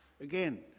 again